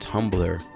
Tumblr